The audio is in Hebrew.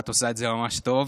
ואת עושה את זה ממש טוב,